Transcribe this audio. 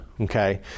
okay